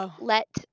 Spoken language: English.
let